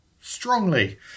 strongly